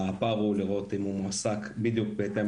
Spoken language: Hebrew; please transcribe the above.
הפער הוא לראות אם הוא מועסק בדיוק בהתאם